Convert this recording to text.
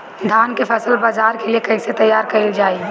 धान के फसल बाजार के लिए कईसे तैयार कइल जाए?